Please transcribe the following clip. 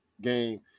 game